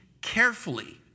carefully